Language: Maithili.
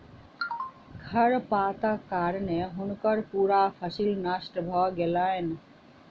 खरपातक कारणें हुनकर पूरा फसिल नष्ट भ गेलैन